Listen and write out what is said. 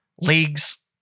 leagues